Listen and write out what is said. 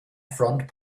front